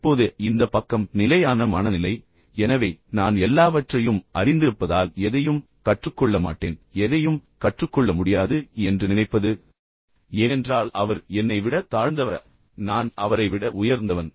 இப்போது இந்த பக்கம் நிலையான மனநிலை எனவே நான் எல்லாவற்றையும் அறிந்திருப்பதால் எதையும் கற்றுக்கொள்ள மாட்டேன் எதையும் கற்றுக்கொள்ள முடியாது என்று நினைப்பது ஏனென்றால் அவர் என்னை விட தாழ்ந்தவர நான் அவரை விட உயர்ந்தவன்